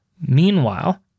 Meanwhile